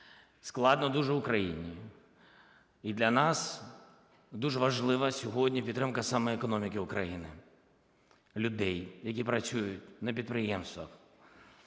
Складно дуже Україні. І для нас дуже важлива сьогодні підтримка саме економіки України, людей, які працюють на підприємствах.